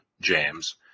James